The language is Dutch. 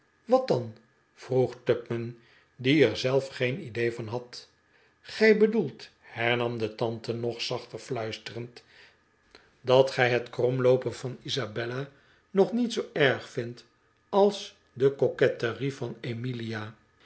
wat dan vroeg tupman die er zelf geen idee van had gij bedoelt hernam de tante nog zachter fluisterend dat gij het kromloopen van isabella nog niet zoo erg vindt als de coquetterie van emilia